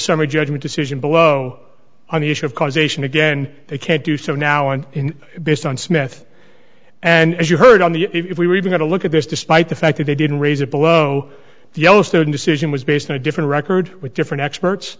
summary judgment decision below on the issue of causation again they can't do so now and in based on smith and as you heard on the if we were going to look at this despite the fact that they didn't raise it below the yellowstone decision was based on a different record with different experts